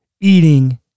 eating